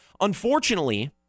Unfortunately